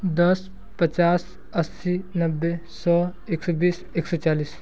दस पचास अस्सी नब्बे सौ एक सौ बीस एक सौ चालीस